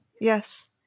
yes